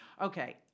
Okay